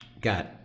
got